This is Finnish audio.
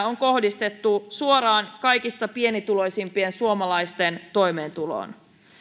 on kohdistettu suoraan kaikista pienituloisimpien suomalaisten toimeentuloon